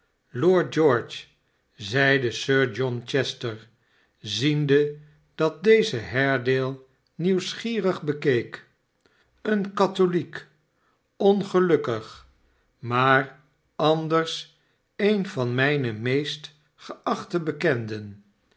lord george zeide sir john chester ziende dat deze haredale nieuwsgierig bekeek een katholijk ongelukkig maar anders een van mijne meest geachte bekenden